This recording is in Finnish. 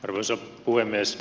arvoisa puhemies